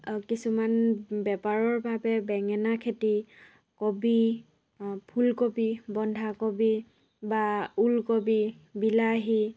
আৰু কিছুমান বেপাৰৰ বাবে বেঙেনা খেতি কবি ফুলকবি বন্ধাকবি বা ওলকবি বিলাহী